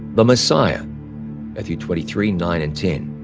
the messiah' matthew twenty three nine and ten.